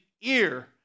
ear